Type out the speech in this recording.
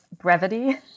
brevity